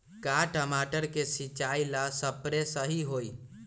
का टमाटर के सिचाई ला सप्रे सही होई?